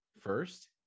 first